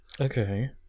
Okay